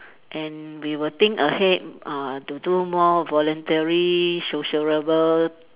and we will think ahead uh to do more voluntary sociable